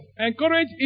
Encourage